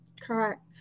correct